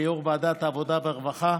כיו"ר ועדת העבודה והרווחה,